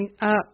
up